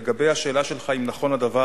1 2. לגבי השאלה שלך אם נכון הדבר,